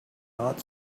not